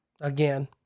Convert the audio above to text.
Again